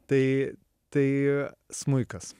tai tai smuikas